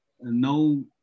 no